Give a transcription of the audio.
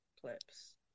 clips